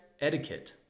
etiquette